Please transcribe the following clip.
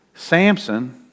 Samson